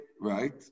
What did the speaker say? right